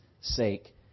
sake